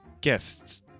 guests